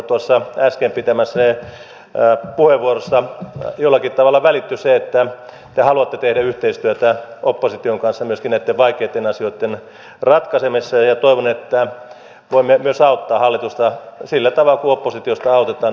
tuossa äsken pitämässänne puheenvuorossa jollakin tavalla välittyi se että te haluatte tehdä yhteistyötä opposition kanssa myöskin näitten vaikeitten asioitten ratkaisemisessa ja toivon että voimme myös auttaa hallitusta sillä tavalla kuin oppositiosta autetaan